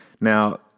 Now